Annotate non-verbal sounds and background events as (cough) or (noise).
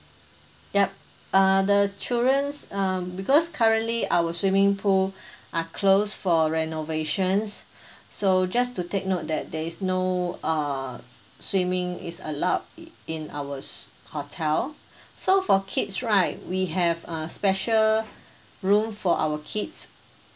yup err the children um because currently our swimming pool (breath) are closed for renovations (breath) so just to take note that there is no err swimming is allowed it in our hotel (breath) so for kids right we have a special room for our kids